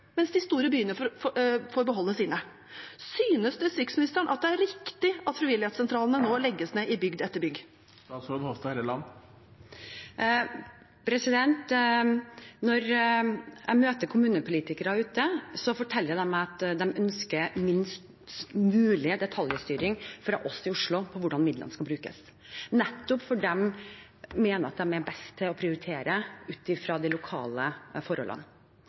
mens de store byene får beholde sine. Synes distriktsministeren det er riktig at frivilligsentralene må legges ned i bygd etter bygd? Når jeg møter kommunepolitikere ute, forteller de meg at de ønsker minst mulig detaljstyring fra oss i Oslo for hvordan midlene skal brukes, nettopp fordi de mener at de er best til å prioritere ut fra de lokale forholdene.